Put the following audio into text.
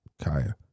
Kaya